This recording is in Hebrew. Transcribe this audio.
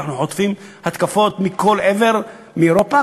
אנחנו חוטפים התקפות מכל עבר מאירופה,